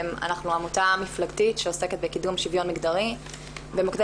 אנחנו עמותה מפלגתית שעוסקת בקידום שוויון מגדרי במוקדי